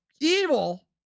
evil